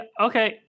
Okay